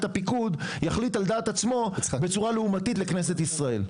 הפיקוד יחליט על דעת עצמו בצורה לעומתית לכנסת ישראל.